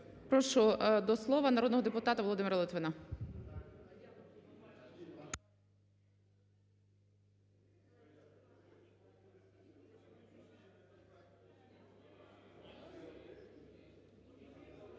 Прошу до слова народного депутата Володимира Литвина.